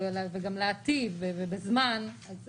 האם יש אפשרות לאפשר את המשך הטיפול למי שיוכיח